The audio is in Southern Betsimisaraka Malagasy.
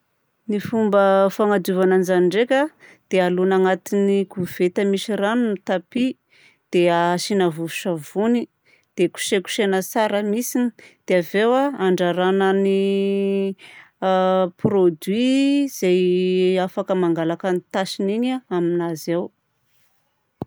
Ny fomba fanadiovana an'izany ndraika a dia alogna agnatin'ny koveta misy rano ny tapia, dia asiana vovon-tsavony, dia kosekosehana tsara mihitsiny, dia avy eo andrarana ny a produit izay afaka mangalaka ny tasiny igny aminazy ao.